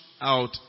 Out